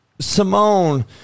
Simone